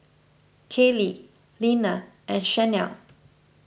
Kaley Nina and Shanell